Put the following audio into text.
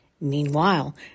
Meanwhile